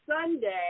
Sunday